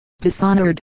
dishonored